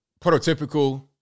prototypical